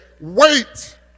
wait